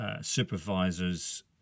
Supervisors